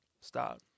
Stop